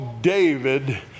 David